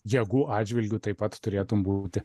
jėgų atžvilgiu taip pat turėtum būti